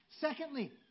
Secondly